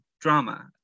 drama